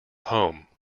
home